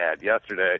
yesterday